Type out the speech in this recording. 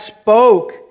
spoke